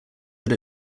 that